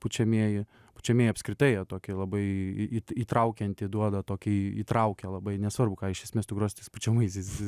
pučiamieji pučiamieji apskritai jie tokie labai įtraukiantį duoda tokį įtraukia labai nesvarbu ką iš esmės tu grosi tais pučiamaisiais